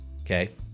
okay